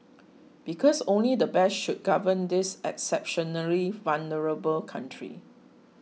because only the best should govern this exceptionally vulnerable country